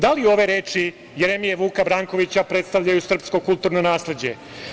Da li ove reči Jeremije Vuka Brankovića predstavljaju srpsko kulturno nasleđe?